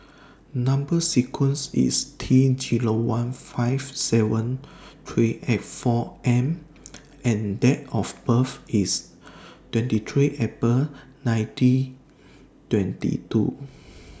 Number sequence IS T Zero one five seven three eight four M and Date of birth IS twenty three April nineteen twenty two